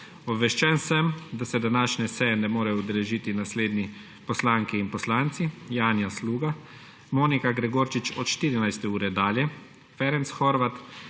Obveščen sem, da se današnje seje ne more udeležiti naslednji poslanke in poslanci: Janja Sluga, Monika Gregorčič od 14. ure dalje, Ferenc Horváth,